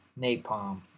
Napalm